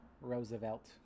Roosevelt